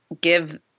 give